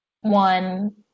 one